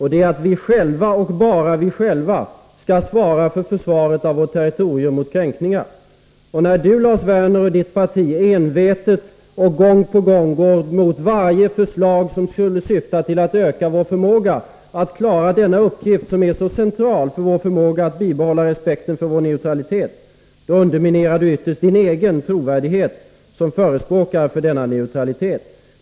Det är att vi själva — och bara vi själva — skall svara för försvaret mot kränkningar av vårt territorium. När Lars Werner och hans parti gång på gång envetet går emot varje förslag som syftar till att öka vår förmåga att klara denna uppgift, som är så central för möjligheterna att bibehålla respekten för vår neutralitet, underminerar de ytterst sin egen trovärdighet som förespråkare för denna neutralitet.